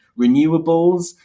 renewables